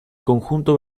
conjunto